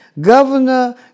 Governor